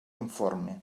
informe